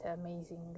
amazing